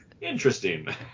interesting